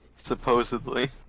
supposedly